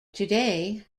today